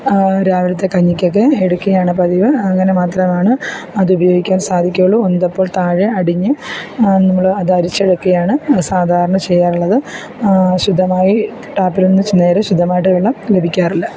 രാവിലത്തെ കഞ്ഞിക്കൊക്കെ എടുക്കുകയാണ് പതിവ് അങ്ങനെ മാത്രമാണ് അതുപയോഗിക്കാൻ സാധിക്കുകയുള്ളു ഉന്തപ്പോൾ താഴെ അടിഞ്ഞ് നമ്മള് അതരിച്ചെടുക്കുകയാണ് സാധാരണ ചെയ്യാറുള്ളത് ശുദ്ധമായി ടാപ്പിൽ നിന്ന് നേരെ ശുദ്ധമായിട്ട് വെള്ളം ലഭിക്കാറില്ല